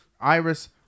Iris